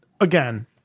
again